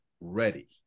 ready